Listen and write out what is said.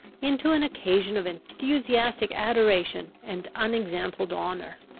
into an occasion of enthusiastic adoration and unexampled honour.